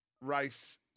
race